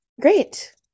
great